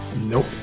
Nope